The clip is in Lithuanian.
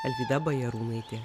alvyda bajarūnaitė